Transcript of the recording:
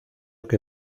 que